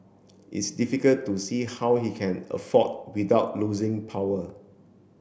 it's difficult to see how he can afford without losing power